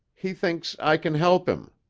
he thinks i can help him.